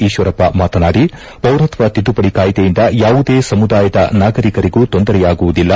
ಈಶ್ವರಪ್ಪ ಮಾನತಾಡಿ ಪೌರತ್ನ ತಿದ್ಲುಪಡಿ ಕಾಯ್ಗೆಯಿಂದ ಯಾವುದೇ ಸಮುದಾಯದ ನಾಗರೀಕರಿಗೂ ತೊಂದರೆಯಾಗುವುದಿಲ್ಲ